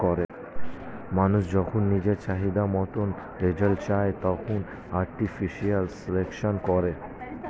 মানুষ যখন নিজের চাহিদা মতন রেজাল্ট চায়, তখন আর্টিফিশিয়াল সিলেকশন করে